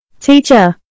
Teacher